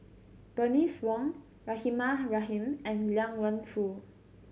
Bernice Wong Rahimah Rahim and Liang Wenfu